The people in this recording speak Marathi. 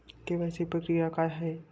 के.वाय.सी प्रक्रिया काय आहे?